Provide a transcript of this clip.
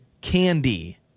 candy